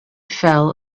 fell